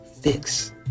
fix